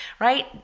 right